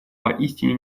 поистине